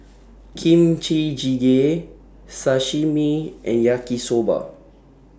Kimchi Jjigae Sashimi and Yaki Soba